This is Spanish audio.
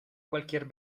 cualquier